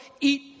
eat